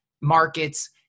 markets